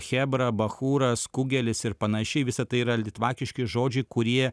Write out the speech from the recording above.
chebra bachūras kugelis ir panašiai visa tai yra litvakiški žodžiai kurie